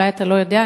אולי אתה לא יודע,